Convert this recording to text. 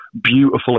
beautiful